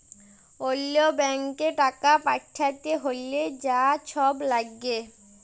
অল্য ব্যাংকে টাকা পাঠ্যাতে হ্যলে যা ছব ল্যাগে